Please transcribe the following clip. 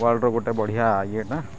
ୱାର୍ଲଡର ଗୋଟେ ବଢ଼ିଆ ଇଏ ନା